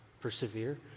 persevere